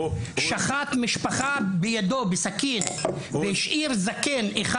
שחט משפחה בידו עם סכין והשאיר זקן אחד